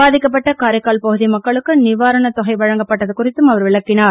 பாதிக்கப்பட்ட காரைக்கால் மக்களுக்கு நிவாரண தொகை வழங்கப்பட்டது குறித்தும் அவர் விளக்கினார்